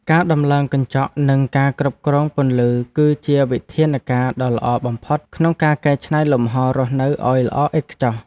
ការដំឡើងកញ្ចក់និងការគ្រប់គ្រងពន្លឺគឺជាវិធានការណ៍ដ៏ល្អបំផុតក្នុងការកែច្នៃលំហររស់នៅឱ្យល្អឥតខ្ចោះ។